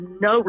no